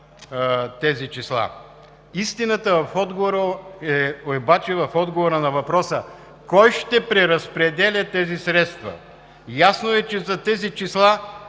Истината обаче е в отговора на въпроса: кой ще преразпределя тези средства? Ясно е, че зад тези числа